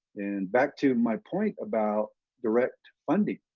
and back to my point about direct funding,